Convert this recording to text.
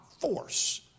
force